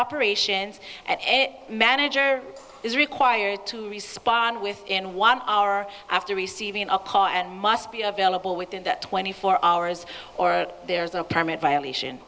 operations and it manager is required to respond within one hour after receiving a call and must be available within that twenty four hours or there is no permit violation